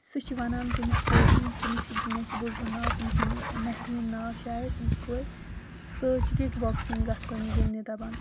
سۄ چھِ وَنان تٔمِس کورِ ہُنٛد تٔمِس چھِ مےٚ چھِ بوٗزمُت ناو تٔمِس چھُ مہریٖن ناو شاید تٔمِس کورِ سۄ حظ چھِ کِک بۄکسِنٛگ گژھان گِنٛدنہِ دپان